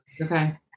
Okay